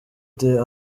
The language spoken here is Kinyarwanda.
the